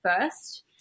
first